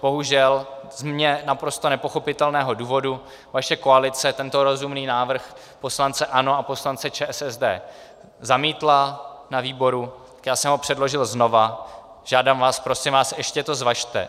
Bohužel z mně naprosto nepochopitelného důvodu vaše koalice tento rozumný návrh poslance ANO a poslance ČSSD zamítla na výboru, já jsem ho předložil znova a žádám vás, prosím vás, ještě to zvažte.